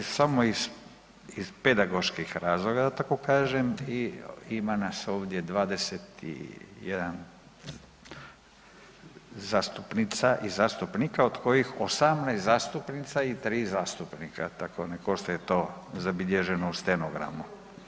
Iz samo iz, iz pedagoških razloga da tako kažem i ima nas ovdje 21 zastupnica i zastupnika, od kojih 18 zastupnica i 3 zastupnika, tako nek ostaje to zabilježeno u stenogramu.